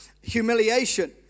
humiliation